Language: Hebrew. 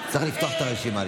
צריך לפתוח את הרשימה,